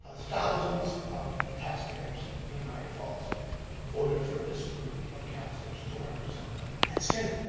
thousands of taxpayers in niagara falls voted for this group of councilors to represent them. that's true